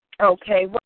Okay